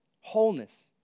Wholeness